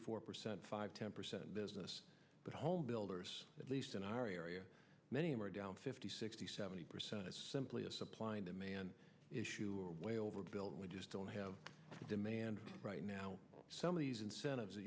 four percent five ten percent business but home builders at least in our area many more down fifty sixty seventy percent it's simply a supply and demand issue or way overbuilt we just don't have the demand right now some of these incentives